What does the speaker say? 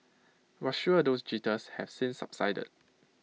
we're sure those jitters have since subsided